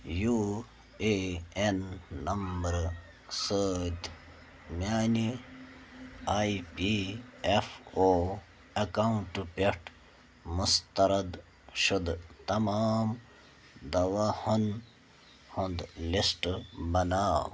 U A N نمبرٕ سۭتۍ میٛانہِ آے پی ایٚف او ایٚکاونٛٹہٕ پٮ۪ٹھ مسترد شدہ تمام دواہَن ہُنٛد لِسٹہٕ بناو